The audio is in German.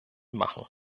machen